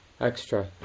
extra